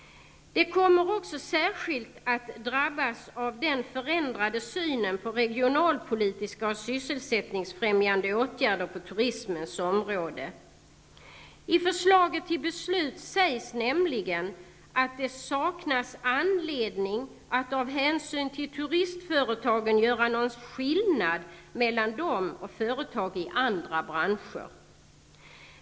De kommer också särskilt att drabbas av den förändrade synen på regionalpolitiska och sysselsättningsfrämjande åtgärder på turismens område. I förslaget till beslut sägs nämligen att det saknas anledning att av hänsyn till turistföretagen göra någon skillnad mellan dem och företag i andra branscher.